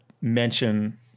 mention